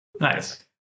Nice